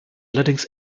allerdings